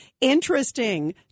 Interesting